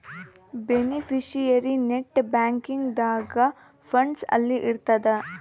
beneficiary net banking ದಾಗ funds ಅಲ್ಲಿ ಇರ್ತದ